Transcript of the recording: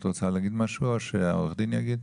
את רוצה להגיד משהו או שעורך הדין יגיד?